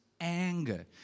anger